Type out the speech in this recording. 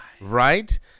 Right